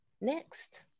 next